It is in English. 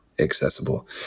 accessible